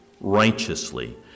righteously